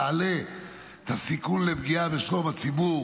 תעלה את הסיכון לפגיעה בשלום הציבור.